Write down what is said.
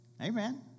Amen